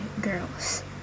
girls